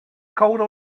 coure